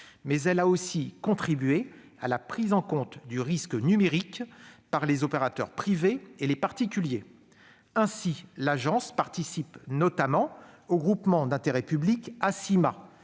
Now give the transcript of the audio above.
mais elle a aussi contribué à la prise en compte du risque numérique par les opérateurs privés et par les particuliers. Ainsi, l'Agence participe notamment au groupement d'intérêt public Action